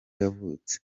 yavutse